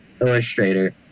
illustrator